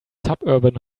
suburban